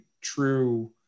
true